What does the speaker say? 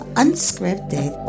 unscripted